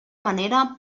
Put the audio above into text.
manera